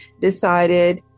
decided